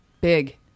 Big